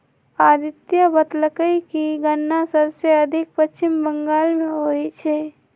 अदित्य बतलकई कि गन्ना सबसे अधिक पश्चिम बंगाल में होई छई